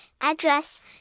address